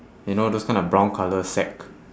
you know those kind of brown colour sack